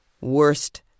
worst